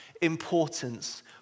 importance